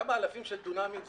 לכמה אלפים של דונמים.